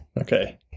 Okay